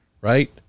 right